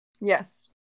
yes